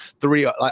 three